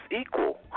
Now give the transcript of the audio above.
equal